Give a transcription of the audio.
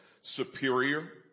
Superior